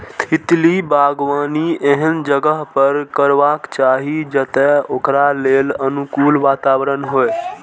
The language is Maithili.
तितली बागबानी एहन जगह पर करबाक चाही, जतय ओकरा लेल अनुकूल वातावरण होइ